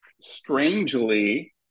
strangely